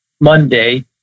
Monday